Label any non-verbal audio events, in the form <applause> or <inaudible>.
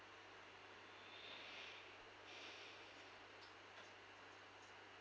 <breath>